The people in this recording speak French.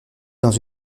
dans